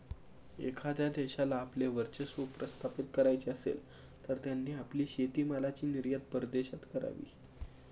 एखाद्या देशाला आपले वर्चस्व प्रस्थापित करायचे असेल, तर त्यांनी आपली शेतीमालाची निर्यात परदेशात करावी